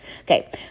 Okay